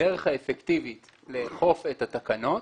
הדרך האפקטיבית לאכוף את התקנות